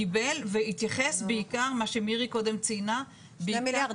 קיבל והתייחס בעיקר מה שמירי קודם ציינה --- שני מיליארד,